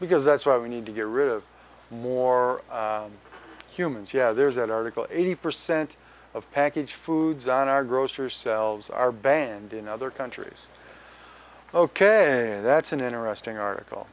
because that's why we need to get rid of more humans yeah there's that article eighty percent of packaged foods on our grocer selves are banned in other countries ok and that's an interesting article